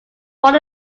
born